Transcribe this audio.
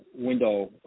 window